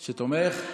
שתומך,